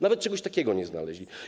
Nawet czegoś takiego nie znaleźli.